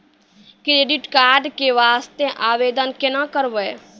Credit card के वास्ते आवेदन केना करबै?